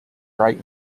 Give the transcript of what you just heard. great